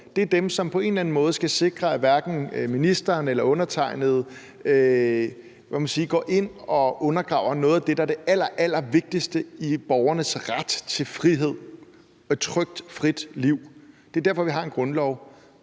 Det er den, som på en eller anden måde skal sikre, at hverken ministeren eller undertegnede går ind og undergraver noget af det, der er det allerallervigtigste i borgernes ret til frihed og et trygt og frit liv. Det er derfor, vi har en grundlov.